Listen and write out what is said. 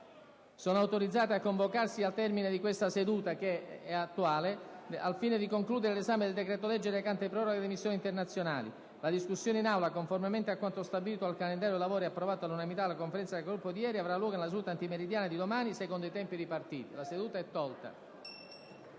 sono autorizzate a convocarsi al termine della seduta odierna al fine di concludere l'esame del decreto-legge recante la proroga delle missioni internazionali. La discussione in Aula, conformemente a quanto stabilito dal calendario dei lavori approvato all'unanimità dalla Conferenza dei Capigruppo di ieri, avrà luogo nella seduta antimeridiana di domani, secondo i tempi ripartiti. **Mozioni,